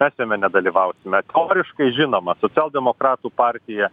mes jame nedalyvautusime teoriškai žinoma socialdemokratų partija